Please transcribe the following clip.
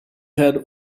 had